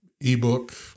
ebook